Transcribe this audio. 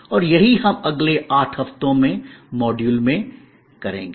और यही हम अगले 8 हफ्तों में मॉड्यूल में करेंगे